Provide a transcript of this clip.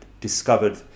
discovered